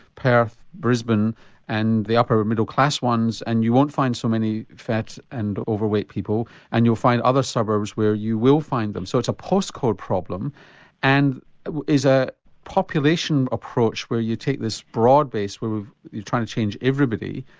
perth, brisbane and the upper middle class ones and you won't find so many fat and overweight people and you'll find other suburbs where you will find them. so it's a postcode problem and is a population approach where you take this broad base where you are trying to change everybody,